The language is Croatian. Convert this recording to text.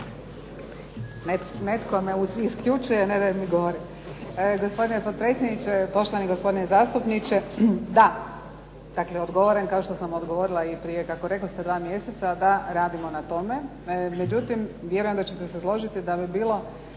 Jadranka (HDZ)** Hvala lijepo gospodine potpredsjedniče. Poštovani gospodine zastupniče. Da. Dakle odgovaram kako sam odgovorila i prije kako rekoste prije dva mjeseca. Da, radimo na tome. Međutim, vjerujem da ćete se složiti da bi bilo